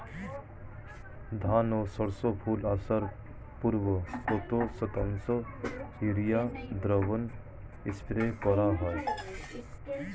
ধান ও সর্ষে ফুল আসার পূর্বে কত শতাংশ ইউরিয়া দ্রবণ স্প্রে করা হয়?